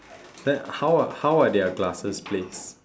then how are how are their glasses placed